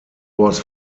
was